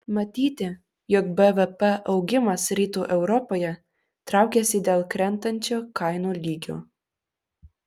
matyti jog bvp augimas rytų europoje traukiasi dėl krentančio kainų lygio